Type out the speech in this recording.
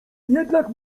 jednak